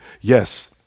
yes